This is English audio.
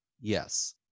Yes